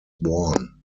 born